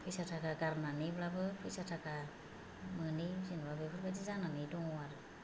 फैसा थाखा गारनानैब्लाबो फैसा थाखा मोनै जेनेबा बेफोर बायदि जानानै दङ आरो